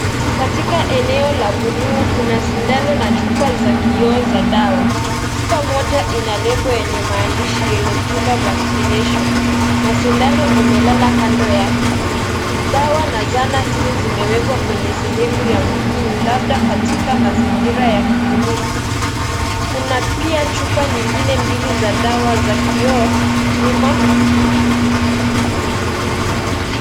Katika eneo la bluu , kuna sindano na chupa za kioo za dawa. Chupa moja ina label yenye maandishi Yellow Fever Vaccination na sindano imelala kando yake. Dawa na zana hizo zimewekwa kwenye sehemu ya bluu labda katika mazingira ya kliniki. Kuna chupa nyigine mbili za dawa za kioo nyuma.